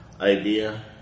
idea